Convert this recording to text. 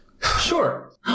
Sure